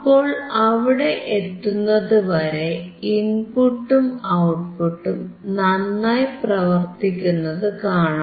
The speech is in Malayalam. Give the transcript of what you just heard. അപ്പോൾ അവിടെ എത്തുന്നതുവരെ ഇൻപുട്ടും ഔട്ട്പുട്ടും നന്നായി പ്രവർത്തിക്കുന്നതു കാണാം